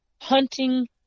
hunting